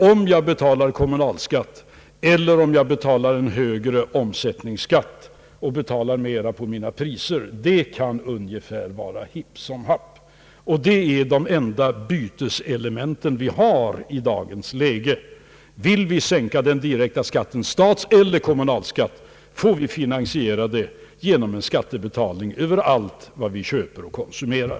Om jag betalar kommunalskatt eller om jag betalar en högre omsättningsskatt, och alltså betalar mera på mina priser, det kan ungefär vara hipp som happ. Detta är det enda byteselement vi har i dagens läge. Vill vi sänka den direkta skatten, statsskatten eller kommunalskatten, får vi finansiera detta genom en skattebetalning över allt vi köper och konsumerar.